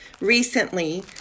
recently